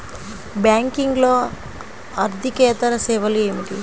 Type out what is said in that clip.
బ్యాంకింగ్లో అర్దికేతర సేవలు ఏమిటీ?